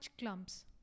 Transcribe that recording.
clumps